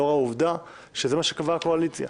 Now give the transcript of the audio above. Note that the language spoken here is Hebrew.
לאור העובדה שזה מה שקבעה הקואליציה.